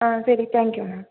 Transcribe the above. ஆ சரி thank you ma'am